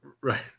right